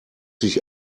sich